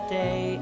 day